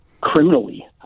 criminally